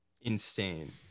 Insane